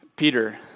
Peter